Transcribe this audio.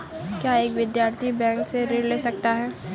क्या एक विद्यार्थी बैंक से ऋण ले सकता है?